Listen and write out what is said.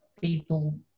people